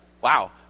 Wow